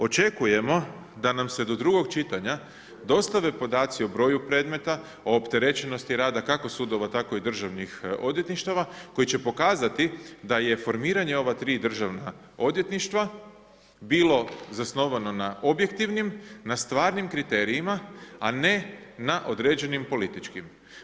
Očekujemo da nam se do drugog čitanja dostave podaci o broju predmeta, o opterećenosti rada kako sudova tako i državnih odvjetništava, koji će pokazati da je formiranje ova tri državna odvjetništva bilo zasnovano na objektivnim, na stvarnim kriterijima, a ne na određenim političkim.